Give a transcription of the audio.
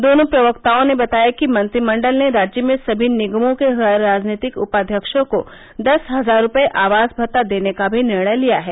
दोनों प्रवक्ताओं ने बताया कि मंत्रिमण्डल ने राज्य में सभी निगमों के गैर राजनीतिक उपाध्यक्षों को दस हजार रूपये आवास भत्ता देने का भी निर्णय लिया है